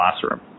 classroom